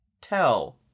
tell